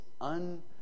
un-